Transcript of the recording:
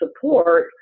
support